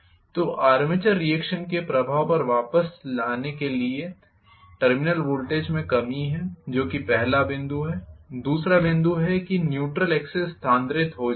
तो armature reaction के प्रभाव पर वापस आने के लिए टर्मिनल वोल्टेज में कमी है जो कि पहला बिंदु है दूसरा बिंदु है कि न्यूट्रल एक्सिस स्थानांतरित हो जाता है